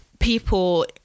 people